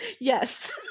yes